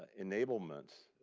ah enablement.